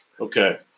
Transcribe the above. okay